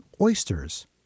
oysters